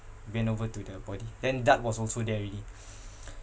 we went over to the body then DART was also there already